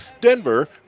Denver